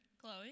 Chloe